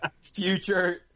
Future